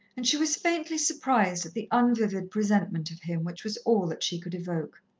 and she was faintly surprised at the unvivid presentment of him which was all that she could evoke.